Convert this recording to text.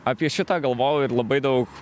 apie šitą galvojau ir labai daug